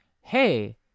hey